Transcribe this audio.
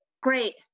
Great